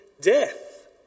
death